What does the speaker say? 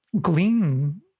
glean